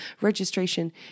Registration